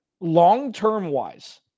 long-term-wise